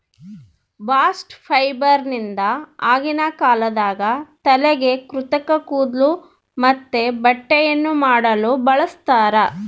bast ಫೈಬರ್ನಿಂದ ಆಗಿನ ಕಾಲದಾಗ ತಲೆಗೆ ಕೃತಕ ಕೂದ್ಲು ಮತ್ತೆ ಬಟ್ಟೆಯನ್ನ ಮಾಡಲು ಬಳಸ್ತಾರ